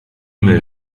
mail